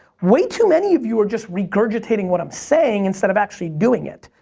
way too many of you are just regurgitating what i'm saying instead of actually doing it.